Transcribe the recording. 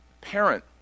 parent